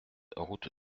route